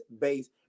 base